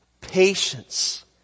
patience